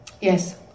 Yes